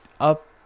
up